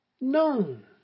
known